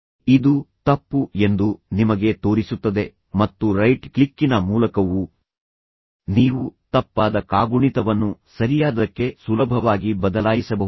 ಇದು ತಪ್ಪು ಎಂದು ನಿಮಗೆ ತೋರಿಸುತ್ತದೆ ಮತ್ತು ರೈಟ್ ಕ್ಲಿಕ್ಕಿನ ಮೂಲಕವೂ ನೀವು ತಪ್ಪಾದ ಕಾಗುಣಿತವನ್ನು ಸರಿಯಾದದಕ್ಕೆ ಸುಲಭವಾಗಿ ಬದಲಾಯಿಸಬಹುದು